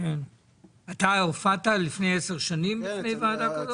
אתה הופעת לפני עשר שנים בפני ועדה כזו?